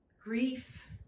grief